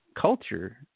culture